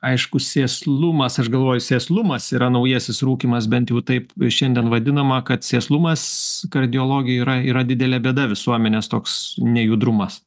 aišku sėslumas aš galvoju sėslumas yra naujasis rūkymas bent jau taip šiandien vadinama kad sėslumas kardiologijai yra yra didelė bėda visuomenės toks nejudrumas